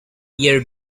year